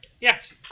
Yes